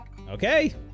Okay